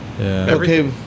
Okay